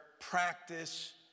practice